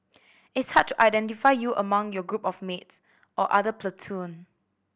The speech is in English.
it's hard to identify you among your group of mates or other platoon